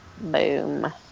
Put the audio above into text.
Boom